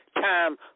time